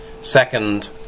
Second